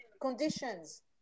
conditions